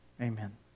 amen